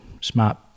smart